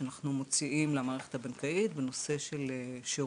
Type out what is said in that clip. שזו הוראה שאנחנו מוציאים למערכת הבנקאית בנושא של שירות